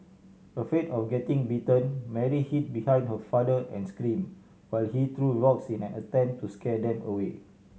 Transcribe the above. afraid of getting bitten Mary hid behind her father and scream while he threw rocks in an attempt to scare them away